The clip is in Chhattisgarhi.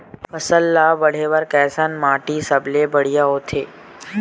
फसल ला बाढ़े बर कैसन माटी सबले बढ़िया होथे?